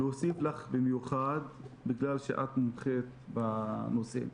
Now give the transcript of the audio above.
לך במיוחד בגלל שאת מומחית בנושאים